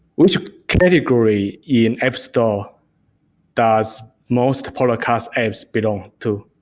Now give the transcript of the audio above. which category in app store does most podcast apps belong to?